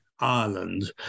Ireland